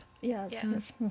yes